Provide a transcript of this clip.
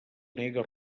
nega